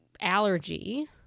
allergy